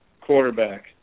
quarterback